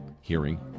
hearing